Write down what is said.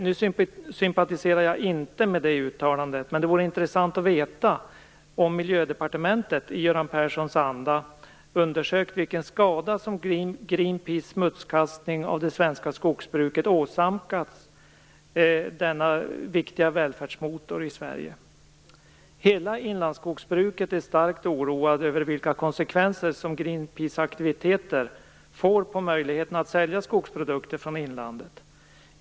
Jag sympatiserar inte med uttalandet, men det vore intressant att veta om Miljödepartementet i Göran Perssons anda har undersökt vilken skada som Greenpeace smutskastning av det svenska skogsbruket har åsamkat denna viktiga välfärdsmotor i Sverige. I hela inlandsskogsbruket är man starkt oroad över vilka konsekvenser som Greenpeace aktiviteter får för möjligheten att sälja skogsprodukter från inlandet.